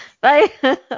bye